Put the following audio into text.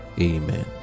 Amen